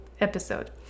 episode